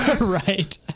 Right